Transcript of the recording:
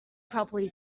probably